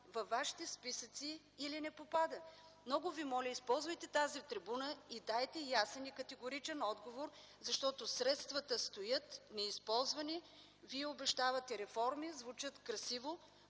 във вашите списъци, или не попада. Много Ви моля, използвайте тази трибуна, и дайте ясен и категоричен отговор, защото средствата стоят неизползвани. Вие обещавате реформи, звучат красиво,